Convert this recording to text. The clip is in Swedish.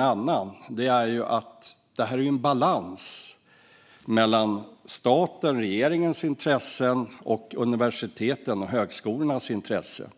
nämna är att detta är en balans mellan statens, alltså regeringens, intressen och universitetens och högskolornas intressen.